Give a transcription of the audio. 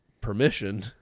permission